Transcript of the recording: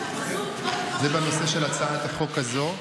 זה בנושא של הצעת החוק הזו.